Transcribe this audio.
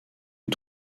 eut